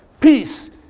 peace